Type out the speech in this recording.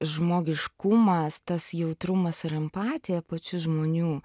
žmogiškumas tas jautrumas ir empatija pačių žmonių